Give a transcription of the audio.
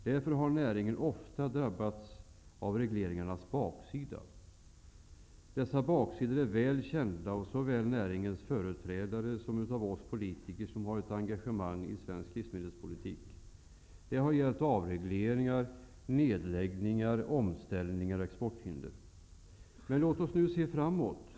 Därför har näringen ofta drabbats av regleringarnas ''baksida''. Dessa ''baksidor'' är väl kända av såväl näringens företrädare som oss politiker som har ett engagemang i svensk livsmedelspolitik. Det har gällt avregleringar, nedläggningar, omställningar och exporthinder. Låt oss nu emellertid se framåt.